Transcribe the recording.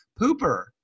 pooper